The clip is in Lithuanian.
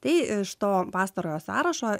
tai iš to pastarojo sąrašo